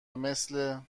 مثل